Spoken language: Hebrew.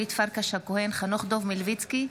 אחמד טיבי,